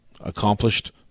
Accomplished